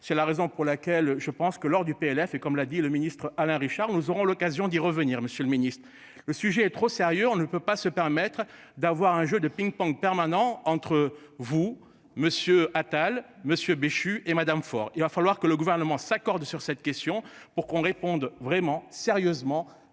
C'est la raison pour laquelle je pense que lors du PLF, et comme l'a dit le ministre Alain Richard. Nous aurons l'occasion d'y revenir, Monsieur le Ministre. Le sujet est trop sérieux, on ne peut pas se permettre d'avoir un jeu de ping-pong permanent entre vous monsieur Attal monsieur Béchu et Madame fort, il va falloir que le gouvernement s'accordent sur cette question pour qu'on réponde vraiment sérieusement